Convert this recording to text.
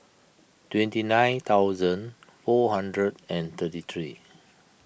twenty nine thousand four hundred and thirty three